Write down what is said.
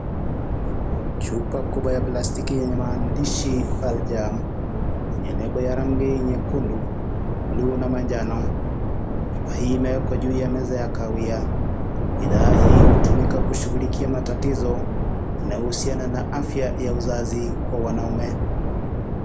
Chupa kubwa ya plastiki yenye maandishi kwenye nembo ya rangi nyekundu ,bluu na manjano. Chupa hii imewekwa juu ya meza ya kahawia bidhaa hii hutumika kushughulikia matatizo na uhusiana na matatizo ya uzazi kwa wanamme.